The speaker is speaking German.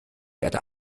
erde